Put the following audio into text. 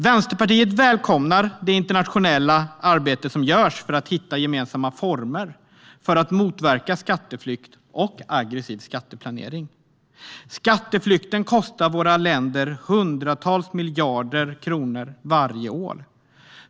Vänsterpartiet välkomnar det internationella arbete som görs för att hitta gemensamma former för att motverka skatteflykt och aggressiv skatteplanering. Skatteflykten kostar våra länder hundratals miljarder kronor varje år.